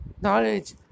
knowledge